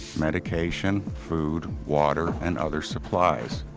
medication, food, water and other supplies.